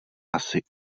asi